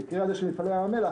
המקרה של מפעלי ים המלח,